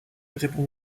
répond